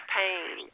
pain